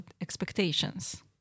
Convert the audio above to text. expectations